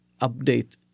update